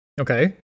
Okay